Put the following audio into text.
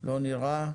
לא נראה לי.